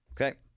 okay